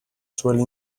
suelo